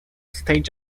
stage